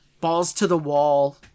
balls-to-the-wall